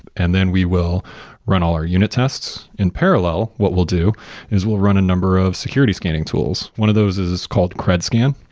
and then we will run all our unit tests in parallel, what we'll do is we'll run a number of security scanning tools. one of those is called cred scan.